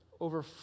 over